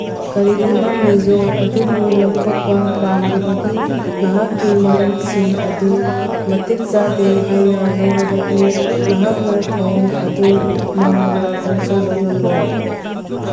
ꯀꯔꯤꯒꯨꯝꯕ ꯃꯦꯖꯣꯔ ꯑꯗꯨꯕꯨ ꯂꯧꯊꯣꯛꯄ ꯄꯥꯝꯂꯤꯕꯒꯤ ꯅꯍꯥꯛꯀꯤ ꯃꯔꯝꯁꯤꯡ ꯑꯗꯨ ꯃꯇꯤꯛ ꯆꯥꯗꯦ ꯍꯥꯏꯅ ꯂꯧꯔꯕꯗꯤ ꯅꯍꯥꯛꯅ ꯊꯑꯣꯡ ꯑꯗꯨ ꯃꯥꯡꯂꯣꯝꯗ ꯆꯪꯁꯤꯟꯕ ꯉꯝꯂꯣꯏ